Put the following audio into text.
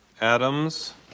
Adams